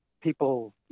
people